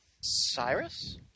Cyrus